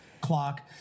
clock